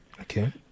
Okay